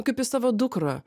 kaip į savo dukrą